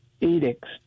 edicts